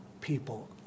people